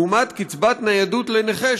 לעומת קצבת ניידות לנכה,